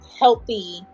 healthy